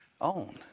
own